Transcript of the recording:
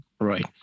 Right